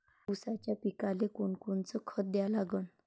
ऊसाच्या पिकाले कोनकोनचं खत द्या लागन?